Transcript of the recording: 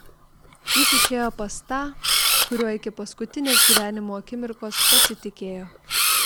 jis išėjo pas tą kuriuo iki paskutinės gyvenimo akimirkos pasitikėjo